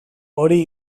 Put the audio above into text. hori